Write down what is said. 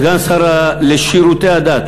סגן השר לשירותי הדת,